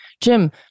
Jim